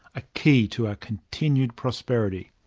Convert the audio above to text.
a key to our continued prosperity.